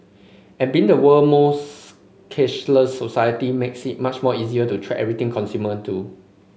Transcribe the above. and being the world most cashless society makes it that much easier to track everything consumer do